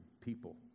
people